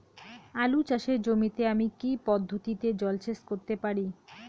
আলু চাষে জমিতে আমি কী পদ্ধতিতে জলসেচ করতে পারি?